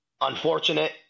unfortunate